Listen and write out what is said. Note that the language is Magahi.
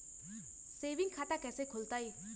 सेविंग खाता कैसे खुलतई?